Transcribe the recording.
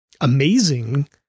amazing